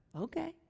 okay